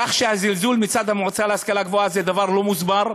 כך שהזלזול מצד המועצה להשכלה גבוהה זה דבר לא מוסבר,